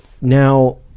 Now